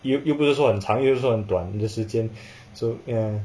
你又不是说很长又不是说很短你的时间 so ya